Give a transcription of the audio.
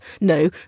no